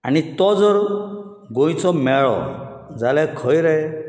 आनी तो जर गोंयचो मेळ्ळो जाल्यार खंय रे